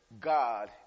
God